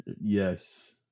yes